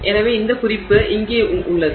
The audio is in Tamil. எனவே அந்த குறிப்பு இங்கே உள்ளது